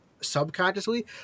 subconsciously